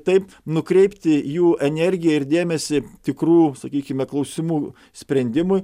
taip nukreipti jų energiją ir dėmesį tikrų sakykime klausimų sprendimui